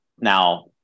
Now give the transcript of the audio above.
now